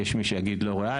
יש מי שיגיד לא ריאלי.